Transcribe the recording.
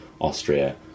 Austria